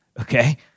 okay